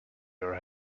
your